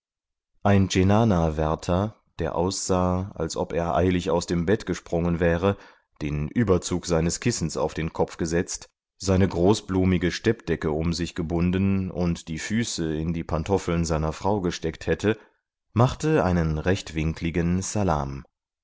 ein cenanawärter der aussah als ob er eilig aus dem bett gesprungen wäre den überzug seines kissens auf den kopf gesetzt seine großblumige steppdecke um sich gebunden und die füße in die pantoffeln seiner frau gesteckt hätte machte einen rechtwinkligen salam